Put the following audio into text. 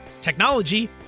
technology